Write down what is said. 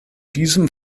diesem